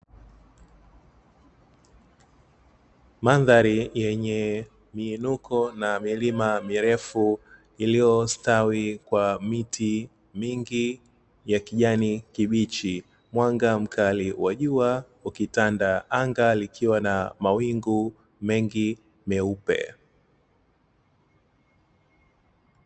Mandhari yenye miinuko na milima mirefu iliyostawi kwa miti mingi ya kijani kibichi. Mwanga mkali wa jua ukitanda anga likiwa na mawingu mengi meupe.